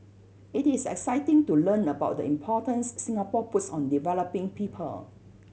it is exciting to learn about the importance Singapore puts on developing people